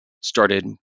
started